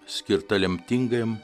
skirta lemtingajam